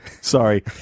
Sorry